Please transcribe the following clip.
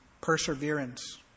perseverance